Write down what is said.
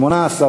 התשע"ד 2013,